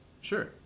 Sure